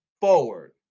forward